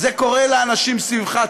זה קורה לאנשים סביבך.